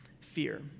fear